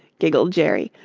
giggled jerry,